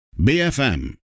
BFM